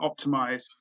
optimize